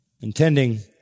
intending